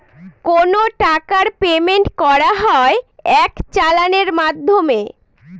কোনো টাকার পেমেন্ট করা হয় এক চালানের মাধ্যমে